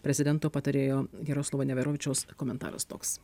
prezidento patarėjo jaroslavo neverovičiaus komentaras toks